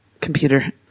computer